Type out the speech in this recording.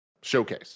showcase